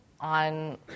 on